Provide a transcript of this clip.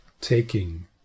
taking